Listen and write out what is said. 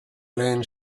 lehen